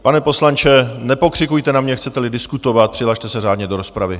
Pane poslanče, nepokřikujte na mě, chceteli diskutovat, přihlaste se řádně do rozpravy.